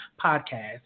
podcast